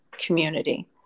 community